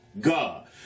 God